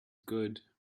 good